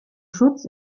schutz